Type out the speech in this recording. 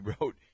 wrote